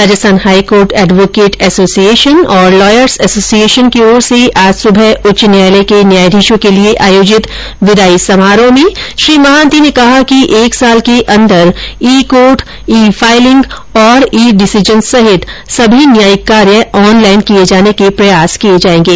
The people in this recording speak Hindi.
राजस्थान हाईकोर्ट एडवोकेट एसोसिएशन और लॉयर्स एसोसिएशन की ओर से आज सुबह उच्च न्यायालय के न्यायाधीशों के लिए आयोजित विदाई समारोह में श्री महान्ति ने कहा कि एक साल के अन्दर e court e filing e decision सहित सभी न्यायिक कार्य ऑनलाईन किये जाने के प्रयास किये जायेंगे